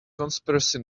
conspiracy